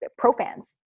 profans